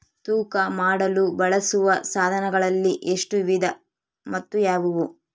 ತೂಕ ಮಾಡಲು ಬಳಸುವ ಸಾಧನಗಳಲ್ಲಿ ಎಷ್ಟು ವಿಧ ಮತ್ತು ಯಾವುವು?